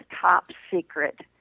top-secret